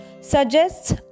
suggests